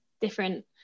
different